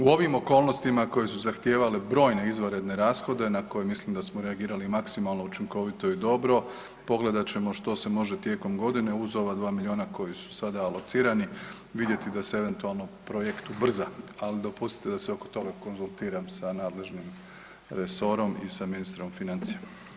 U ovim okolnosti koje su zahtijevale brojne izvanredne rashode na koje mislim da smo reagirali maksimalno učinkovito i dobro, pogledat ćemo što se može tijekom godine uz ova 2 miliona koji su sada alocirani, vidjeti da se eventualno projekt ubrza, ali dopustite da se oko toga konzultiram sa nadležnim resorom i sa ministrom financije.